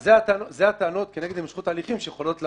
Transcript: אלה הטענות כנגד הימשכות ההליכים שיכולות לעלות.